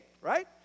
right